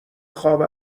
خواب